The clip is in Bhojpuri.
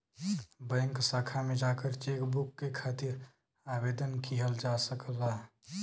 बैंक शाखा में जाकर चेकबुक के खातिर आवेदन किहल जा सकला